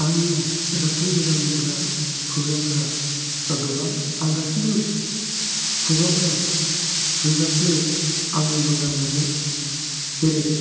आंनि बिरादनो मोजां मोनग्रा प्रग्रामफोरा गोबां आं गासैबो प्रग्रामफोराव रोजाबनो आङो मोजां मोनो जेरै